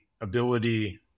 ability